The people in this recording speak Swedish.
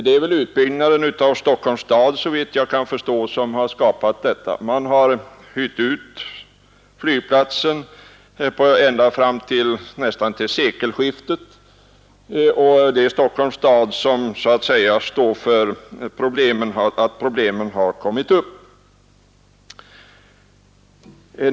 Det är väl utbyggnaden av Stockholms stad som har skapat detta, såvitt jag kan förstå. Stockholms stad har hyrt ut flygplatsen nästan ända fram till sekelskiftet, och det är staden som så att säga bär ansvaret för att problemen har uppkommit.